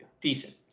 Decent